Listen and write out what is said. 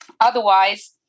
Otherwise